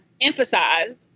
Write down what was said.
emphasized